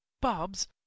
Bobs